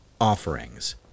Offerings